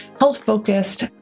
health-focused